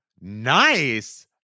Nice